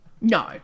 No